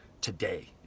today